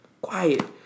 Quiet